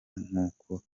nkuko